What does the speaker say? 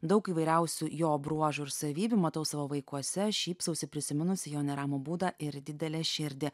daug įvairiausių jo bruožų ir savybių matau savo vaikuose šypsausi prisiminusi jo neramų būdą ir didelę širdį